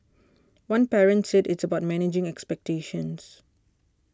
one parent said it's about managing expectations